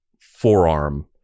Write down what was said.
forearm